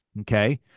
okay